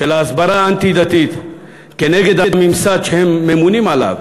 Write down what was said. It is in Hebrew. של ההסברה האנטי-דתית נגד הממסד שהם ממונים עליו,